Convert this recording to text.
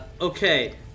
Okay